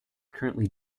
currently